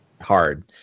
hard